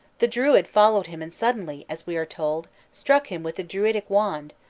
the druid followed him and suddenly, as we are told, struck him with a druidic wand,